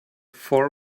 four